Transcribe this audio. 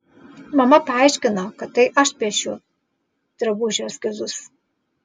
mama paaiškino kad tai aš piešiu drabužių eskizus